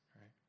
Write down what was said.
right